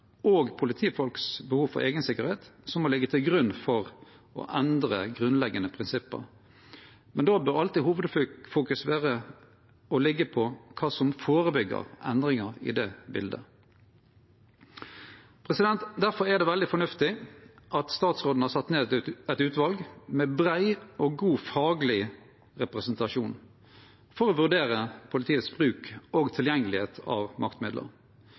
og politifolks eige behov for sikkerheit som må liggje til grunn for å endre grunnleggjande prinsipp, men då bør alltid hovudfokuset liggje på kva som førebyggjer endringar i det bildet. Difor er det veldig fornuftig at statsråden har sett ned eit utval med brei og god fagleg representasjon for å vurdere politiets bruk av og tilgang på maktmiddel.